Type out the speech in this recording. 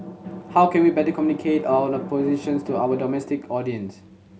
how can we better communicate our positions to our domestic audience